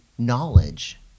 Knowledge